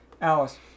Alice